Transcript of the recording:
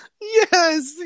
yes